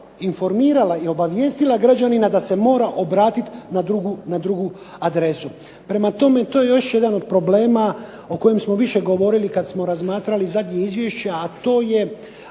informirala ili obavijestila građanina da se mora obratiti na drugu adresu. Prema tome, to je još jedan od problema o kojem smo više govorili kada smo razmatrali zadnje izvješće, a to je